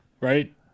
Right